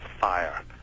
fire